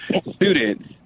students